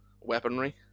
weaponry